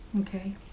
okay